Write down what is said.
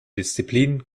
disziplinen